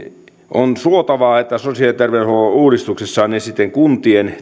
on suotavaa että sosiaali ja terveydenhuollon uudistuksessa sitten kuntien